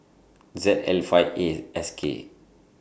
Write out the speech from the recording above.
Z L five A S K